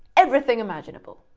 everything imaginable.